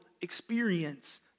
experience